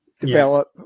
develop